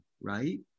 right